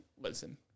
listen